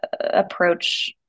approach